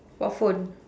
what phone